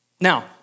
Now